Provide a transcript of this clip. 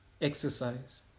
exercise